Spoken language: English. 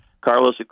Carlos